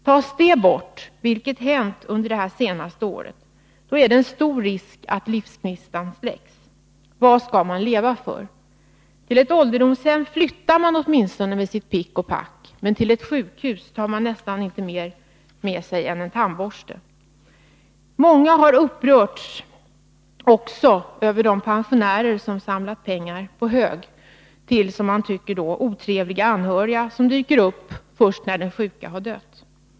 Tas detta bort — vilket hänt under det senaste året — är det stor risk att livsgnistan släcks. Vad skall man då leva för? Till ett ålderdomshem flyttar man åtminstone med sitt pick och pack, men till ett sjukhus tar man nästan inte med sig mer än en tandborste. Många har upprörts över de pensionärer som har samlat pengar på hög till vad som uppfattas som otrevliga anhöriga, som dyker upp först när den sjuke har dött.